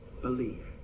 Believe